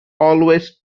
always